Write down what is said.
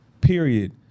period